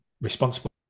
responsible